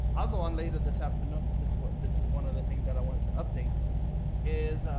i'll go on later this afternoon, because this is what this is one of the things that i wanted to update is,